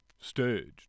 Staged